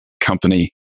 company